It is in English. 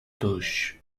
bush